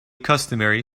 customary